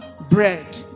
Bread